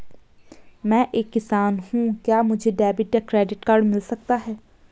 मैं एक किसान हूँ क्या मुझे डेबिट या क्रेडिट कार्ड मिल सकता है?